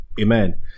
Amen